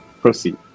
Proceed